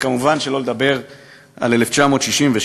כמובן, שלא לדבר על 1967,